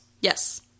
Yes